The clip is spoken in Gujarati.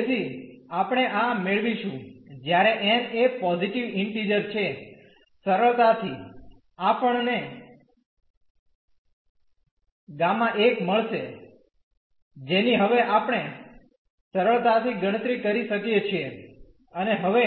તેથી આપણે આ મેળવીશું જ્યારે n એ પોઝીટીવ ઇન્ટીઝર છે સરળતાથી આપણ ને Γ મળશે જેની હવે આપણે સરળતાથી ગણતરી કરી શકીએ છીએ અને હવે